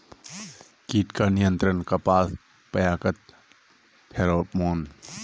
कीट का नियंत्रण कपास पयाकत फेरोमोन?